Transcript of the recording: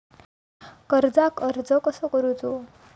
कर्जाक अर्ज कसो करूचो?